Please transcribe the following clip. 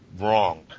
wrong